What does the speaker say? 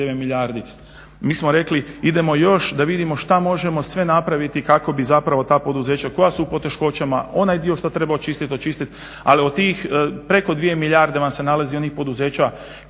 milijardi. Mi smo reki idemo još da vidimo šta možemo sve napraviti kako bi zapravo ta poduzeća koja su u poteškoćama onaj dio što treba očistiti, očistiti ali od tih preko dvije milijarde se nalazi onih poduzeća